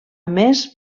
més